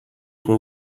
com